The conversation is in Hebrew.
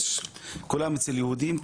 וכולם אצל יהודים.